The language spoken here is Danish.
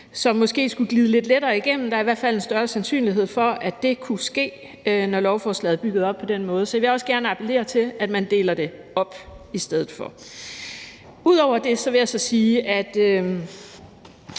som måske skulle glide lidt lettere igennem. Der er i hvert fald en større sandsynlighed for, at det kunne ske, når lovforslaget er bygget op på den måde, så jeg vil også gerne appellere til, at man deler det op. Ud over det vil jeg så sige, at